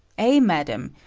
ay, madam,